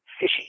fishy